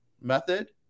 method